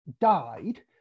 died